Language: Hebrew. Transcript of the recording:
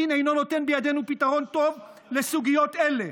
הדין אינו נותן בידינו פתרון טוב לסוגיות אלה.